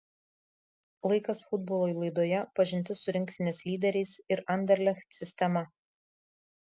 laikas futbolui laidoje pažintis su rinktinės lyderiais ir anderlecht sistema